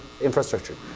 infrastructure